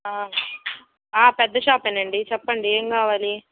పెద్ద షాపేనండి చెప్పండి ఏం కావాలి